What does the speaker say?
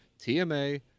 TMA